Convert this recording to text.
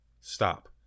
Stop